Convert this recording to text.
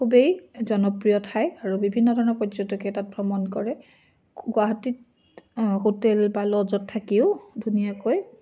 খুবেই জনপ্ৰিয় ঠাই আৰু বিভিন্ন ধৰণৰ পৰ্যটকে তাত ভ্ৰমণ কৰে গুৱাহাটীত হোটেল বা লজত থাকিও ধুনীয়াকৈ